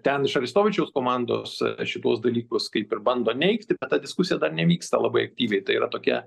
ten iš aristovičiaus komandos šituos dalykus kaip ir bando neigti bet ta diskusija nevyksta labai aktyviai tai yra tokia